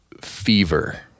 fever